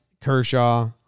Kershaw